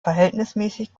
verhältnismäßig